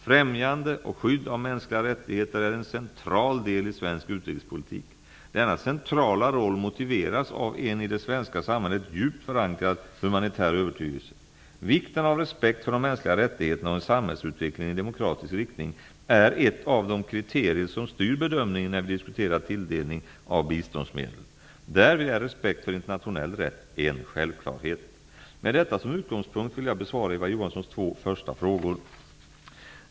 Främjande och skydd av mänskliga rättigheter är en central del i svensk utrikespolitik. Denna centrala roll motiveras av en i det svenska samhället djupt förankrad humanitär övertygelse. Vikten av respekt för de mänskliga rättigheterna och en samhällsutveckling i demokratisk riktning är ett av de kriterier som styr bedömningen när vi diskuterar tilldelning av biståndsmedel. Därvid är respekt för internationell rätt en självklarhet. Med detta som utgångspunkt vill jag besvara Eva Johanssons två första frågor.